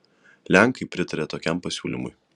lenkai pritarė tokiam pasiūlymui